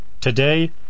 Today